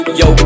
yo